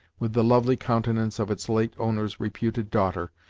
with the lovely countenance of its late owner's reputed daughter,